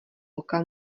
oka